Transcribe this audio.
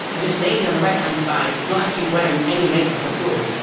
and this lady on the right-hand side is not actually wearing any makeup at all.